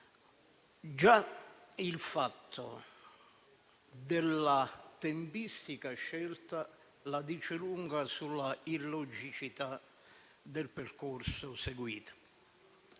Già il fatto della tempistica scelta la dice lunga sull'illogicità del percorso seguito.